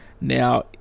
Now